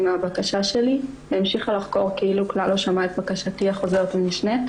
מהבקשה שלי והמשיכה לחקור כאילו כלל לא שמעה את בקשתי החוזרת ונשנית.